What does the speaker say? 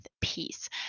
peace